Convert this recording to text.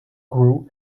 grew